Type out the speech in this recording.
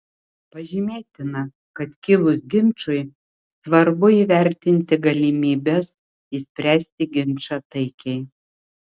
pažymėtina kad kilus ginčui svarbu įvertinti galimybes išspręsti ginčą taikiai